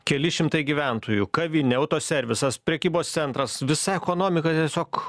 keli šimtai gyventojų kavinė autoservisas prekybos centras visa ekonomika tiesiog